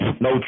no